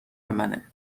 منه